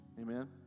Amen